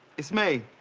it's me.